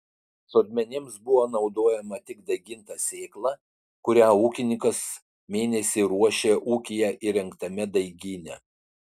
sodmenims buvo naudojama tik daiginta sėkla kurią ūkininkas mėnesį ruošė ūkyje įrengtame daigyne